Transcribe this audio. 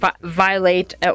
violate